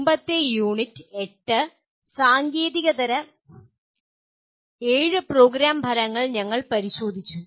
മുമ്പത്തെ യൂണിറ്റ് 8 സാങ്കേതികേതര ഏഴ് പ്രോഗ്രാം ഫലങ്ങൾ ഞങ്ങൾ പരിശോധിച്ചു